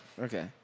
Okay